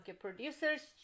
producers